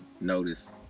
notice